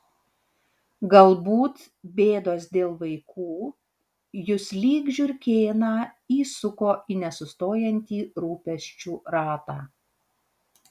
galbūt bėdos dėl vaikų jus lyg žiurkėną įsuko į nesustojantį rūpesčių ratą